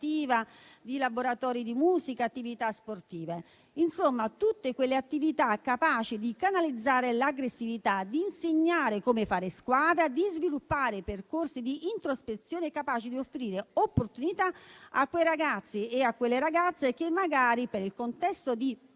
creativa, di musica o di attività sportive, insomma tutte quelle attività capaci di canalizzare l'aggressività, di insegnare come fare squadra e di sviluppare percorsi di introspezione capaci di offrire opportunità a quei ragazzi e a quelle ragazze che magari, per il contesto di